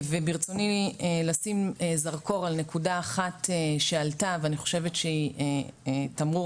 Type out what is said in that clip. וברצוני לשים זרקור על נקודה אחת שעלתה ואני חושבת שהיא תמרור